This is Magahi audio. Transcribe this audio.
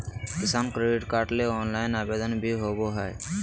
किसान क्रेडिट कार्ड ले ऑनलाइन आवेदन भी होबय हय